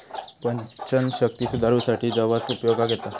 पचनशक्ती सुधारूसाठी जवस उपयोगाक येता